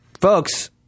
Folks